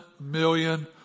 million